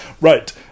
right